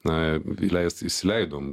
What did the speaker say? na įleist įsileidom